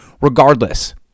regardless